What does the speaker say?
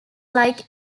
like